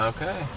Okay